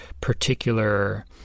particular